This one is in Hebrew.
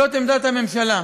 זאת עמדת הממשלה: